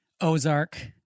Ozark